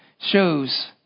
shows